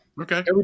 okay